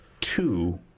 two